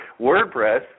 WordPress